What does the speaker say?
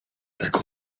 tego